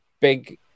big